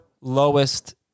lowest